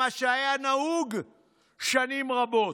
זה היה נהוג שנים רבות.